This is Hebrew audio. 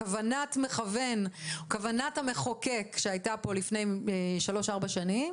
כוונת מכוון או כוונת המחוקק שהייתה פה לפני שלוש או ארבע שנים